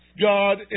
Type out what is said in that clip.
God